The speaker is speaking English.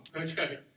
okay